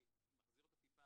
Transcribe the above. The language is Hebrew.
אני מחזיר אותו לטיפה,